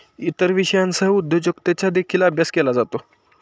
इतर विषयांसह उद्योजकतेचा देखील अभ्यास केला जातो